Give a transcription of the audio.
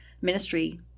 ministry